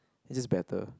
is better